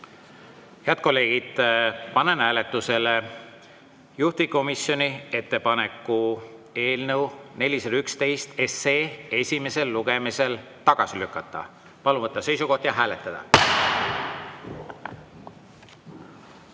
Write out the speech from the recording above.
Head kolleegid, panen hääletusele juhtivkomisjoni ettepaneku eelnõu 411 esimesel lugemisel tagasi lükata. Palun võtta seisukoht ja hääletada!